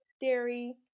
dairy